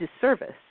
disservice